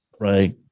Right